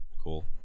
Cool